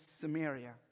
Samaria